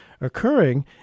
occurring